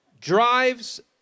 drives